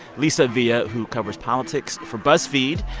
lissa villa, who covers politics for buzzfeed.